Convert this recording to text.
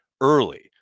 early